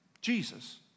Jesus